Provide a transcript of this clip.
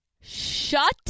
Shut